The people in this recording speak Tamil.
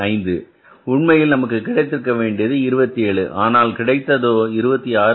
5 உண்மையில் நமக்கு கிடைத்திருக்க வேண்டியது 27 ஆனால் கிடைத்ததோ 26